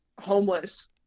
homeless